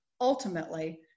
ultimately